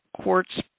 quartz